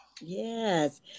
Yes